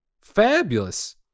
Fabulous